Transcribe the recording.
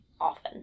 often